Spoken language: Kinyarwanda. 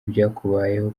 ibyakubayeho